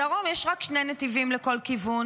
בדרום יש רק שני נתיבים לכל כיוון.